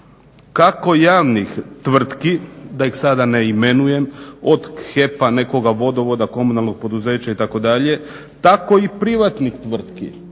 kako javnih tvrtki da ih sada ne imenujem od HEP-a, nekoga vodovoda, komunalnog poduzeća itd. tako i privatnih tvrtki